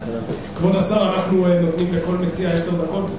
כבוד השר, אנחנו נותנים לכל מציע עשר דקות.